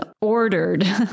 ordered